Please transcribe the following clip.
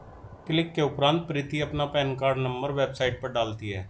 click के उपरांत प्रीति अपना पेन कार्ड नंबर वेबसाइट पर डालती है